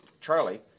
Charlie